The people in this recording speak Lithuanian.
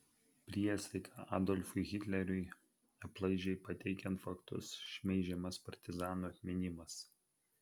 priesaika adolfui hitleriui aplaidžiai pateikiant faktus šmeižiamas partizanų atminimas